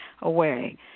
away